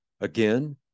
Again